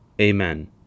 Amen